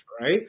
Right